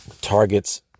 targets